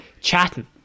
chatting